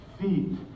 feet